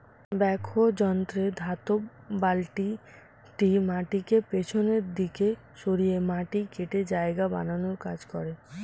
backhoe যন্ত্রে ধাতব বালতিটি মাটিকে পিছনের দিকে সরিয়ে মাটি কেটে জায়গা বানানোর কাজ করে